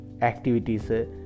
activities